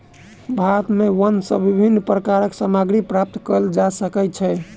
भारत में वन सॅ विभिन्न प्रकारक सामग्री प्राप्त कयल जा सकै छै